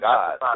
God